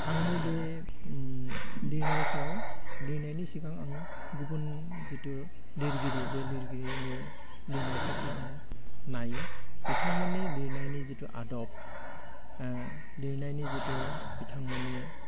आंनि बे लिरनायफ्राव लिरनायनि सिगां आं गुबुन जिथु लिरगिरि बे लिरगिरिनि लिरनायफोरखौ आं नायो बिथांमोननि लिरनायनि जिथु आदब लिरनायनि जिथु बिथांमोननि